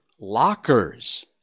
lockers